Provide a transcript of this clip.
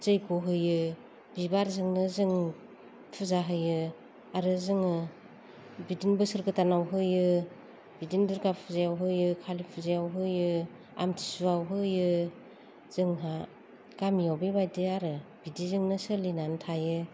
जैग्य होयो बिबारजोंनो जों फुजा होयो आरो जों बिदिनो बोसोर गोदानाव होयो दुर्गा फुजायाव होयो खालि फुजायाव होयो आमथि सुवायाव होयो जोंहा गामियाव बेबायदि आरो बिदिजोंनो सोलिनानै थायो